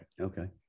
okay